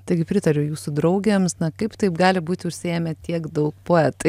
taigi pritariu jūsų draugėms na kaip taip gali būti užsiėmę tiek daug poetai